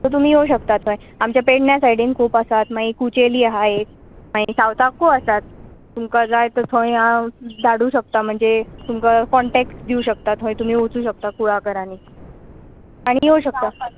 so तुमी येवं शकतां थंय आमच्या पेडण्या सायडीन खूब आसात मागीर कुचेली आसा एक मागीर सावथाकूय आसात तुमकां जाय थंय हांव धाडू शकतां म्हणजे तुमकां कॉन्टेक्ट दिवं शकता थंय तुमी वचूं शकता कुळाघरांनी आनी येवं शकता